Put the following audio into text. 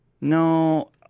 No